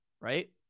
right